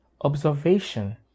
observation